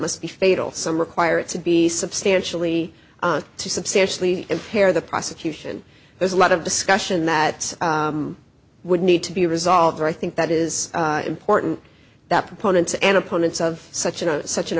must be fatal some require it to be substantially to substantially impair the prosecution there's a lot of discussion that would need to be resolved i think that is important that proponents and opponents of such and such an